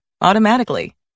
automatically